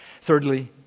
Thirdly